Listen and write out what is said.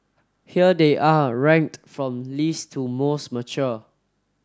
here they are ranked from least to most mature